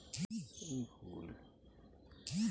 pollination বা পরাগায়ন হচ্ছে ফুল এর মধ্যে যখন পরাগ রেণুর লেনদেন হয়